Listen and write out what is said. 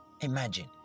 imagine